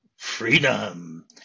freedom